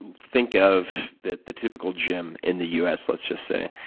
and think of the the typical gym in the u s, let's just say,